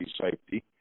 safety